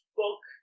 book